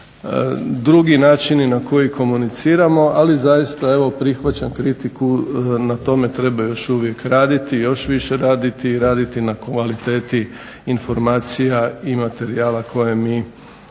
drugi načini na koje komuniciramo, ali zaista evo prihvaćam kritiku, na tome treba još uvijek raditi, još više raditi i raditi na kvaliteti informacija i materijala koje mi produciramo